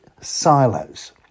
silos